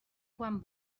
quan